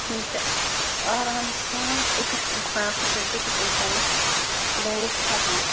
یِم چھِ آرام سان أکِس اِنسان سٕنٛدۍ پٮ۪ٹھ بیٚکِس اِنسانَس لٲرِتھ ہٮ۪کان